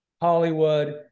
Hollywood